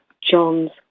John's